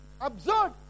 absurd